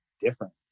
different